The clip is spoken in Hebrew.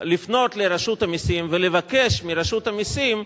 לפנות לרשות המסים ולבקש מרשות המסים,